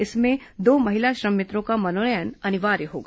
इसमें दो महिला श्रम मित्रों का मनोनयन अनिवार्य होगा